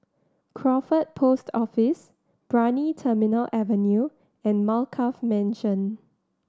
Crawford Post Office Brani Terminal Avenue and Alkaff Mansion